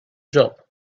job